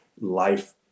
life